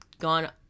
gone